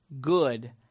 good